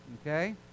okay